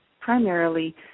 primarily